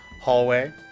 hallway